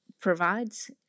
provides